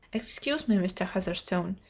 excuse me, mr. heatherstone,